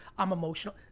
i'm emotional.